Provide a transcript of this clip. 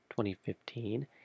2015